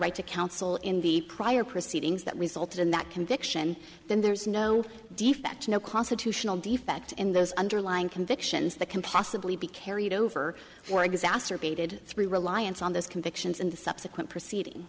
right to counsel in the prior proceedings that resulted in that conviction then there's no defect no constitutional defect in those underlying convictions that can possibly be carried over or exacerbated through reliance on those convictions in the subsequent proceeding